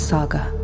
Saga